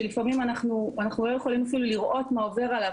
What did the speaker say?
שלפעמים אנחנו לא יכולים אפילו לראות מה עובר עליו,